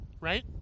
right